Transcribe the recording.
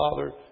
father